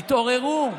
תתעוררו,